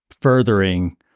furthering